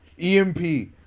emp